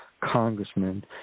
congressmen